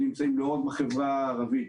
לא רק בחברה הערבית,